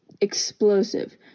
explosive